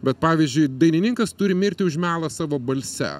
bet pavyzdžiui dainininkas turi mirti už melą savo balse